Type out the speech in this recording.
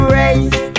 race